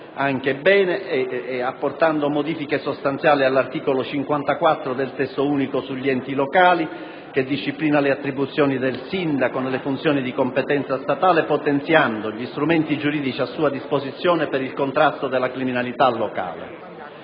bene, apportando anche modifiche sostanziali all'articolo 54 del Testo unico delle leggi sull'ordinamento degli enti locali che disciplina le attribuzioni del sindaco nelle funzioni di competenza statale, potenziando gli strumenti giuridici a sua disposizione per il contrasto alla criminalità locale.